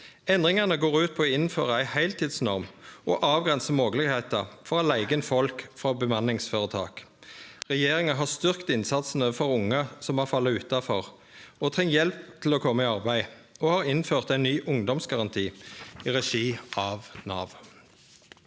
Endringane går ut på å innføre ei heiltidsnorm og avgrense moglegheita for å leige inn folk frå bemanningsføretak. Regjeringa har styrkt innsatsen overfor unge som har falle utanfor og treng hjelp til å kome i arbeid, og har innført ein ny ungdomsgaranti i regi av Nav.